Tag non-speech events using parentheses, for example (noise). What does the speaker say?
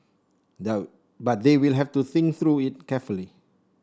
(unintelligible) but they will have to think through it carefully